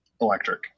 electric